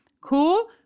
Cool